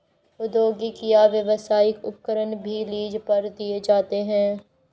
औद्योगिक या व्यावसायिक उपकरण भी लीज पर दिए जाते है